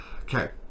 Okay